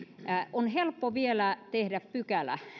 on helppo vielä tehdä pykälä